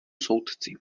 soudci